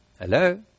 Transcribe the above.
Hello